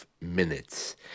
minutes